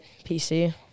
PC